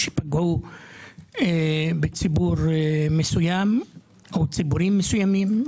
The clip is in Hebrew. שפגעו בציבורים מסוימים.